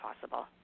possible